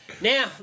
Now